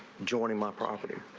joining my property.